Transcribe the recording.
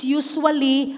usually